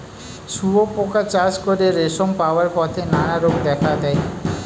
শুঁয়োপোকা চাষ করে রেশম পাওয়ার পথে নানা রোগ দেখা দেয়